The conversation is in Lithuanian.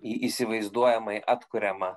į įsivaizduojamai atkuriamą